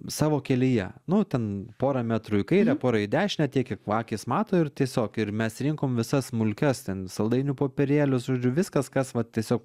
savo kelyje nu ten pora metrų į kairę pora į dešinę tiek kiek akys mato ir tiesiog ir mes rinkom visas smulkias ten saldainių popierėlius žodžiu viskas kas va tiesiog